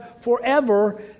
forever